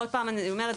אני אומרת עוד פעם,